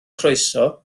croeso